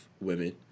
women